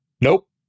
Nope